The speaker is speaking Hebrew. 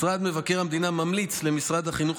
משרד מבקר המדינה ממליץ למשרד החינוך